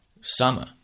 summer